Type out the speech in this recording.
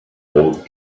old